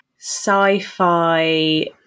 sci-fi